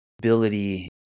Ability